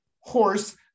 horse